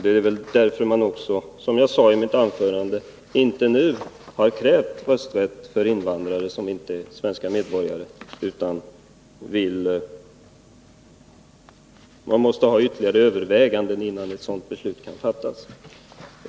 Det är väl också därför som man, som jag sade i mitt anförande, inte nu har krävt rösträtt för invandrare som inte är svenska medborgare. Man måste ha ytterligare överväganden innan ett sådant beslut kan fattas.